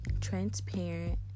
transparent